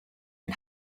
and